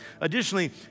Additionally